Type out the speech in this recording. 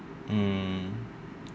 mm